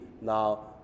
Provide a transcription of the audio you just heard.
now